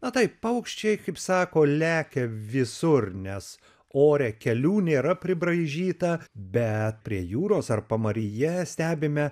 o tai paukščiai kaip sako lekia visur nes ore kelių nėra pribraižyta bet prie jūros ar pamaryje stebime